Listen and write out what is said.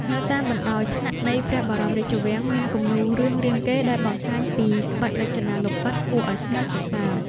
នៅតាមបណ្ដោយថ្នាក់នៃព្រះបរមរាជវាំង មានគំនូររឿងរាមកេរ្តិ៍ដែលបង្ហាញពីក្បាច់រចនាលម្អិតគួរឱ្យស្ងើចសរសើរ។